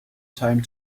time